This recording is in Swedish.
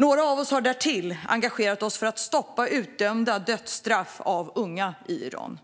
Några av oss har därtill engagerat oss för att stoppa utdömda dödsstraff för unga i Iran.